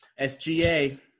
SGA